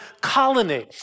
colony